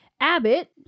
Abbott